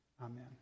amen